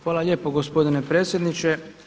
Hvala lijepo gospodine predsjedniče.